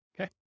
Okay